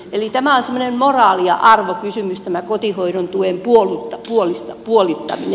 eli semmoinen moraali ja arvokysymys on tämä kotihoidon tuen puolittaminen